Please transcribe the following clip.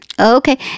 Okay